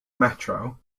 metro